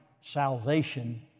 salvation